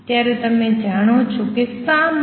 ત્યારે તમે જાણો છો કે શા માટે